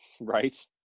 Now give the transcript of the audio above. right